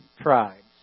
tribes